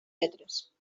metres